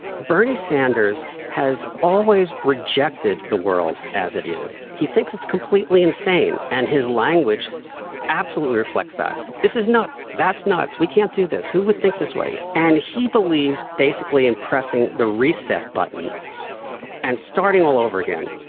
bernie sanders has always rejected the world as it is. he thinks it's completely insane, and his language absolutely reflect that this is nuts, that's nuts, we can't do this, who would think this way. and he believes basically in pressing the reset button and starting all over again,